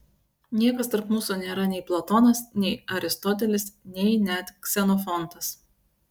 niekas tarp mūsų nėra nei platonas nei aristotelis nei net ksenofontas